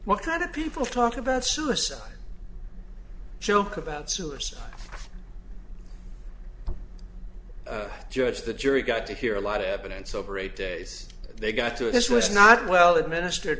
what kind of people talk about suicide joke about suicide judge the jury got to hear a lot of evidence over eight days they got to this was not well administer